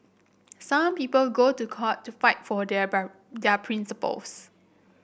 some people go to court to fight for their their principles